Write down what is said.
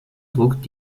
druck